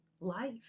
life